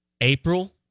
April